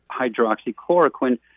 hydroxychloroquine